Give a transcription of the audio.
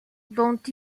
dont